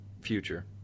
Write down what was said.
future